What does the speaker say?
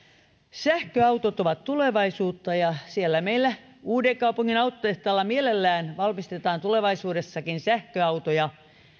sähköautot ovat tulevaisuutta ja siellä meillä uudenkaupungin autotehtaalla mielellään valmistetaan tulevaisuudessakin sähköautoja